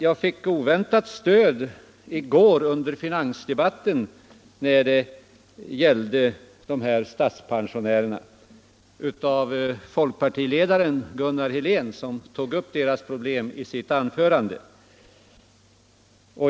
Jag fick i går under finansdebatten ett oväntat stöd när det gäller dessa statspensionärer av folkpartiledaren Gunnar Helén, som tog upp deras problem i sitt anförande.